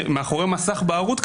מאחורי מסך בערות,